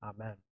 Amen